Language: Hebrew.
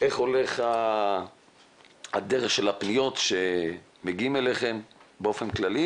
איך הולכת הדרך של הפניות שמגיעות אליכם באופן כללי